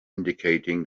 indicating